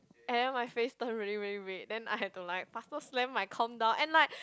and then my face turned really really red then I had to like faster slam my com down and like